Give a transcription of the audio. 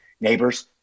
neighbors